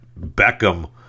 Beckham